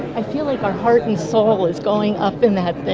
i feel like our heart and soul is going up in that thing,